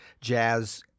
jazz